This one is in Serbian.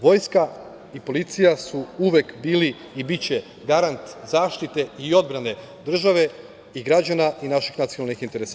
Vojska i policija su uvek bili i biće garant zaštite i odbrane države i građana i naših nacionalnih interesa.